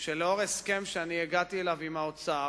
שלאור הסכם שהגעתי אליו עם האוצר,